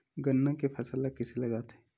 गन्ना के फसल ल कइसे लगाथे?